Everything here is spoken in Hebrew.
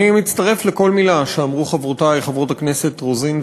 אני מצטרף לכל מילה שאמרו חברותי חברות הכנסת רוזין ובירן,